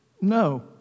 No